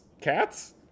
cats